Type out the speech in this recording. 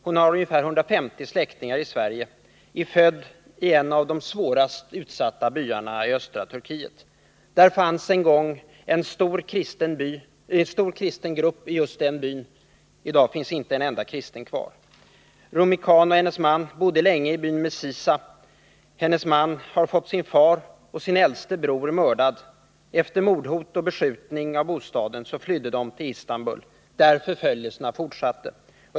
Hon har ungefär 150 släktingar här och är född i en av de mest utsatta byarna i östra Turkiet. I just den byn fanns en gång en stor assyrisk grupp, men i dag finns inte en enda kristen kvar där. Rumi Can och hennes man bodde länge i byn Mesisa. Makens far och även hans äldste bror har mördats. Efter mordhot och beskjutning av bostaden flydde familjen till Istanbul, där förföljelserna fortsatte.